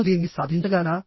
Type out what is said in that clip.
నేను దీన్ని సాధించగలనా